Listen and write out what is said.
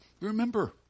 Remember